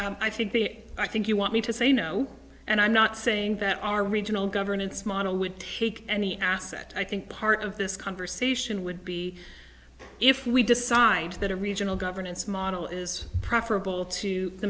i think i think you want me to say no and i'm not saying that our regional governance model would take any asset i think part of this conversation would be if we decide that a regional governance model is preferable to the